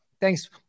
Thanks